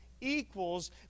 equals